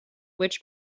which